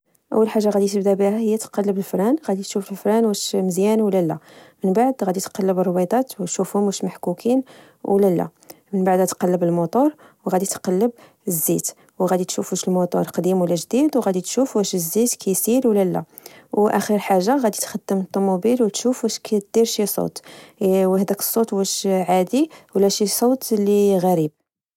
أول حاجة غادي تبدأ بها هي تقلب الفران، غادي تشوف الفران واش مزيان ولا لا؟ من بعد غادي تقلب الربيضات ونشوفهم واش محكوكين ولا لا؟ من بعدها تقلب الموتور وغادي تقلب الزيت، وغادي تشوف وش الموتور قديم ولا جديد وغادي تشوف وش الزيت كيسير ولا لا، وآخر حاجة غادي تخدم الطوموبيل وتشوفو ش كدير شي صوت إي وهداك الصوت وش عادي، ولا شي صوت إللي غريب